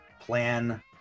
plan